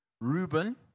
Reuben